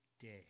day